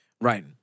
right